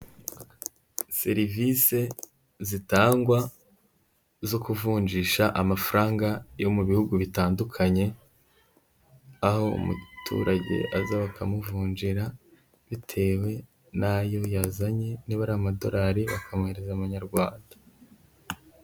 Serivise zitangwa zo kuvunjisha amafaranga yo mu bihugu bitandukanye, aho umuturage aza bakamuvunjira, bitewe n'ayo yazanye, niba ari amadorari bakahereza abanyarwanda.